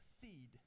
seed